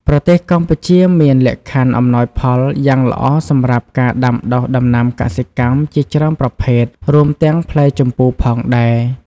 ប្រទេសកម្ពុជាមានលក្ខខណ្ឌអំណោយផលយ៉ាងល្អសម្រាប់ការដាំដុះដំណាំកសិកម្មជាច្រើនប្រភេទ រួមទាំងផ្លែជម្ពូផងដែរ។